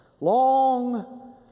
long